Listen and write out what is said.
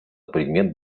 предмет